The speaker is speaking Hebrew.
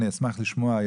אני אשמח לשמוע,